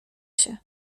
się